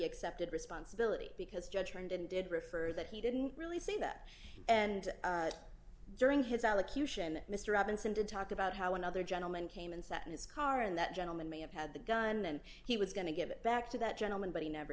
accepted responsibility because judgment and did refer that he didn't really say that and during his allocution mr robinson did talk about how another gentleman came and sat in his car and that gentleman may have had the gun and he was going to give it back to that gentleman but he never